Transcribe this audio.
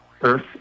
Earth